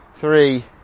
three